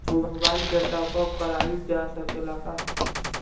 Mobile के top आप कराइल जा सकेला का?